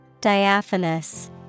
Diaphanous